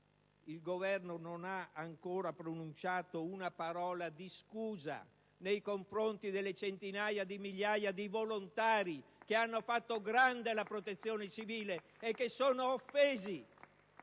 il Governo non ha ancora pronunciato una parola per scusarsi nei confronti delle centinaia di migliaia di volontari che hanno fatto grande la Protezione civile e che sono offesi